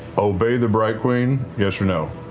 obey the bright queen, yes or no?